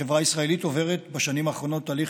החברה הישראלית עוברת בשנים האחרונות תהליך